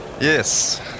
Yes